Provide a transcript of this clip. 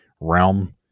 realm